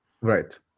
right